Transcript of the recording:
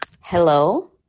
Hello